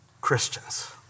Christians